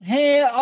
Hey